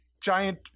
giant